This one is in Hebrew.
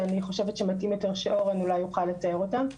שמתאים יותר שאורן יוכל לתאר אותן.